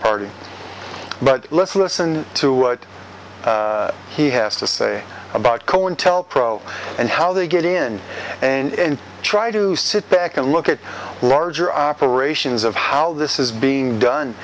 party but let's listen to what he has to say about cointelpro and how they get in and try to sit back and look at larger operations of how this is being done